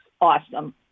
awesome